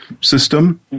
system